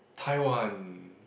Tai-wan